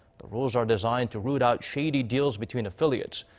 the rules are designed to root out shady deals between affiliates.